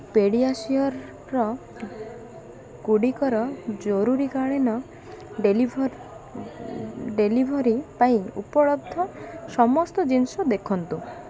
ପେଡ଼ିଆସିଓରଗୁଡ଼ିକର ଜରୁରୀକାଳୀନ deliver delivery ପାଇଁ ଉପଲବ୍ଧ ସମସ୍ତ ଜିନିଷ ଦେଖାନ୍ତୁ